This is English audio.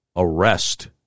Arrest